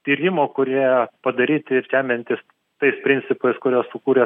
tyrimų kurie padaryti remiantis tais principais kuriuos sukurė